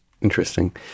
Interesting